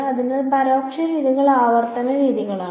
അതിനാൽ പരോക്ഷ രീതികൾ ആവർത്തന രീതികളാണ്